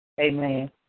Amen